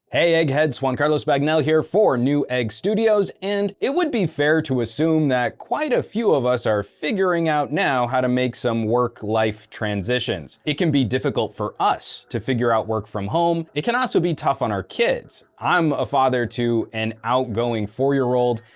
hey eggheads! juan carlos bagnell here for newegg studios, and it would be fair to assume that quite a few of us are figuring out how to make some work life transitions. it can be difficult for us to figure out work from home, it can also be tough on our kids. i'm a father to an outgoing four-year-old,